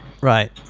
Right